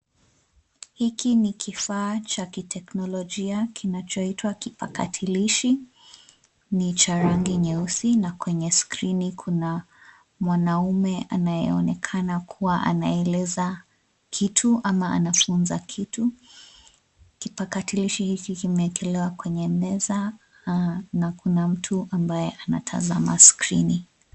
Hiki ni kifaa cha kiteknolojia kinachoitwa kipakatalishi. Ni cha rangi nyeusi na kwenye skrini kuna mwaume anayeonekana kuwa anaeleza kitu ama anafunza kitu. Kipakatalishi hiki kimeekelewa kwenye meza na kuna mtu ambaye anatazama skrini.